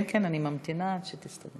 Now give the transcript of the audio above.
כן כן, אני ממתינה עד שתסתדרי.